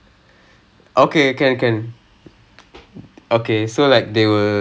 I got you I got you brother